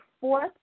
fourth